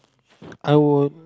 I'd